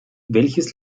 welches